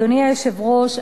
אדוני היושב-ראש,